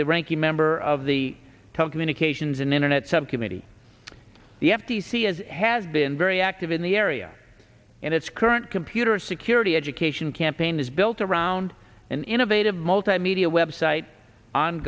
the ranking member of the telecommunications and internet subcommittee the f t c as has been very active in the area in its current computer security education campaign is built around an innovative multimedia website on